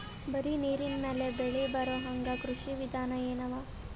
ಬರೀ ನೀರಿನ ಮೇಲೆ ಬೆಳಿ ಬರೊಹಂಗ ಕೃಷಿ ವಿಧಾನ ಎನವ?